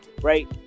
right